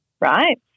right